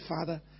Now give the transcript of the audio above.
Father